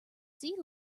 sea